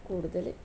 കൂടുതൽ